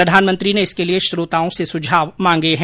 प्रधानमंत्री ने इसके लिए श्रोताओं से सुझाव मांगे हैं